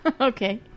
Okay